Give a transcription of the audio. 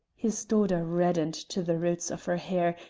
his daughter reddened to the roots of her hair,